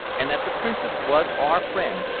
and that the princess was our friend,